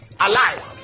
alive